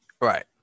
Right